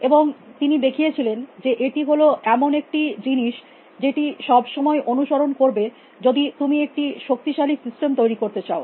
এবং তিনি দেখিয়েছিলেন যে এটি হল এমন একটি জিনিস যেটি সবসময় অনুসরণ করবে যদি তুমি একটি শক্তিশালী সিস্টেম তৈরী করতে চাও